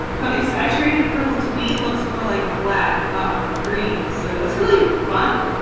but a saturated purple to me looks more like black not green. so that's really fun.